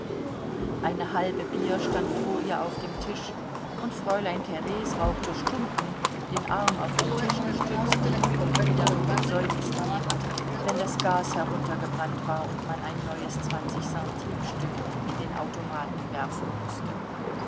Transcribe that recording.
eine halbe bier stand vor ihr auf dem tisch und fräulein theres rauchte stumpen den arm auf den tisch gestützt die müden glieder nur mit seufzen hebend wenn das gas heruntergebrannt war und man ein neues zwanzigcentimes stück in den automaten werfen mußte